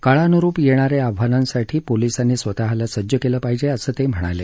काळानुरुप येणा या आव्हानांसाठी पोलिसांनी स्वतःला सज्ज केलं पाहिजे असं ते म्हणाले